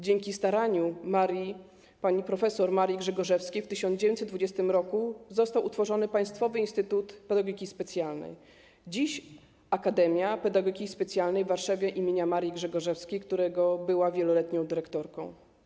Dzięki staraniu pani prof. Marii Grzegorzewskiej w 1922 r. został utworzony Państwowy Instytut Pedagogiki Specjalnej - dziś: Akademia Pedagogiki Specjalnej w Warszawie im. Marii Grzegorzewskiej - którego była wieloletnią dyrektorką.